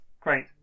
Great